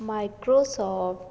Microsoft